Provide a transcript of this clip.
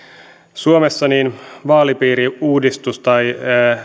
suomessa vaalipiiriuudistus tai